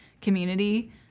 community